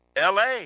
LA